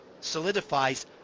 solidifies